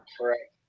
Correct